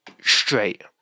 straight